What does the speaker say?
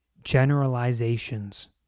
generalizations